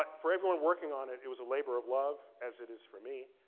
but for everyone working on it, it was a labor of love, as it is for me.